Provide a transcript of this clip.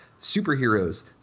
superheroes